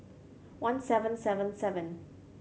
one seven seven seven